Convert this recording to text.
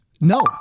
no